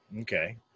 okay